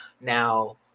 Now